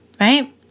right